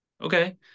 okay